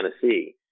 Tennessee